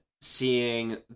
seeing